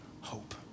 hope